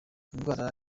indwara